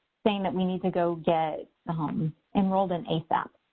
saying that we need to go get the home enrolled in asap.